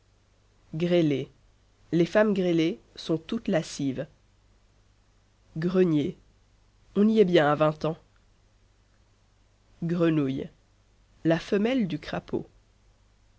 grêlé les femmes grêlées sont toutes lascives grenier on y est bien à vingt ans grenouille la femelle du crapaud